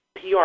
PR